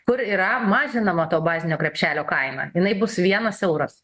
kur yra mažinama to bazinio krepšelio kaina jinai bus vienas euras